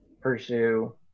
pursue